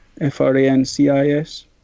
F-R-A-N-C-I-S